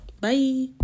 Bye